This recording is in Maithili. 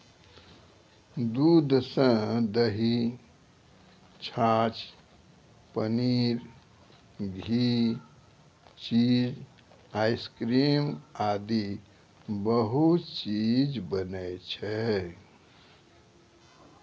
दूध सॅ दही, छाछ, पनीर, घी, चीज, आइसक्रीम आदि बहुत चीज बनै छै